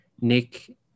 Nick